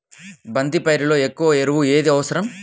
బంతి పైరులో ఎక్కువ ఎరువు ఏది అవసరం?